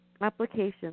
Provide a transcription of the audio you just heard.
application